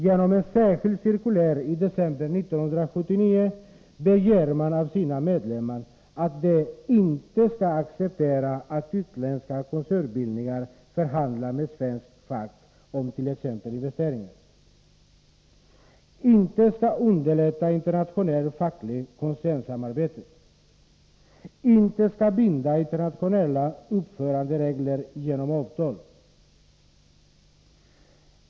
Genom ett särskilt cirkulär i december 1979 begär man av sina medlemmar att de —- inte skall acceptera att utländska koncernbildningar förhandlar med svenska fack om t.ex. investeringar, —- inte skall underlätta internationellt fackligt koncernsamarbete, och —- inte skall binda internationella uppföranderegler genom avtal.